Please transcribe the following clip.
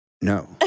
no